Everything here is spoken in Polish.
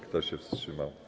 Kto się wstrzymał?